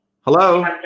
Hello